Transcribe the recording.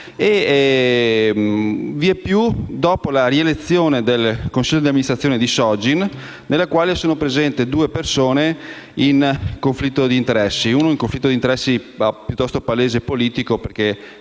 vieppiù dopo la rielezione del consiglio d'amministrazione di Sogin, nel quale sono presenti due persone in conflitto di interesse. Il primo presenta un conflitto di interessi piuttosto palese e politico perché